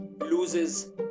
loses